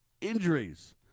injuries